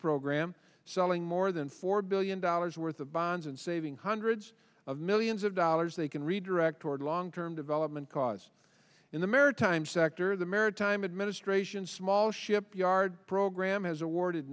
program selling more than four billion dollars worth of bonds and saving hundreds of millions of dollars they can redirect toward long term development cause in the maritime sector the maritime administration small shipyard program has awarded